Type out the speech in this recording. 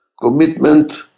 commitment